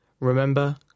Remember